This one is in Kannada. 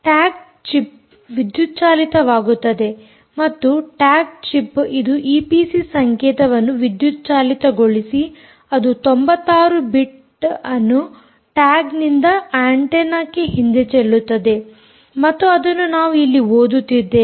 ಟ್ಯಾಗ್ ಚಿಪ್ವಿದ್ಯುತ್ ಚಾಲಿತವಾಗುತ್ತದೆ ಮತ್ತು ಟ್ಯಾಗ್ ಚಿಪ್ ಇದು ಈಪಿಸಿ ಸಂಕೇತವನ್ನು ವಿದ್ಯುತ್ ಚಾಲಿತಗೊಳಿಸಿ ಅದು 96ಬಿಟ್ ಅನ್ನು ಟ್ಯಾಗ್ ನಿಂದ ಆಂಟೆನ್ನಕ್ಕೆ ಹಿಂದೆಚೆಲ್ಲುತ್ತದೆ ಮತ್ತು ಅದನ್ನು ನಾವು ಇಲ್ಲಿ ಓದುತ್ತಿದ್ದೇವೆ